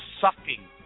sucking